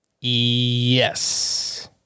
Yes